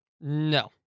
No